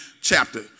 chapter